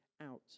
out